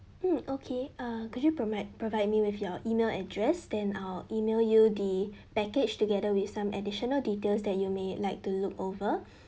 mm okay uh could you promi~ provide me with your email address then I'll email you the package together with some additional details that you may like to look over